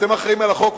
אתם אחראים על החוק,